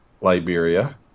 Liberia